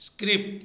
skip